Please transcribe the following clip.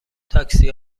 تاکسی